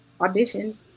audition